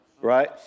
Right